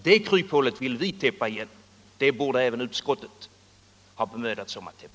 Det kryphålet vill vi täppa igen, och det borde även utskottet ha bemödat sig om.